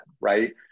right